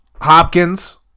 Hopkins